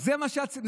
זה מה שקרה.